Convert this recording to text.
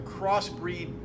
Crossbreed